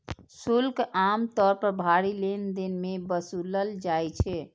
शुल्क आम तौर पर भारी लेनदेन मे वसूलल जाइ छै